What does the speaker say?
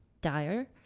dire